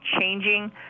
changing